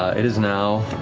it is now